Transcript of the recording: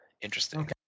Interesting